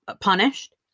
punished